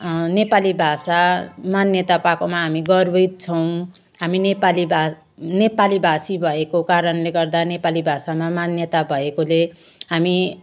नेपाली भाषा मान्यता पाएकोमा हामी गर्वित छौँ हामी नेपाली भा नेपालीभाषी भएको कारणले गर्दा नेपाली भाषामा मान्यता भएकोले हामी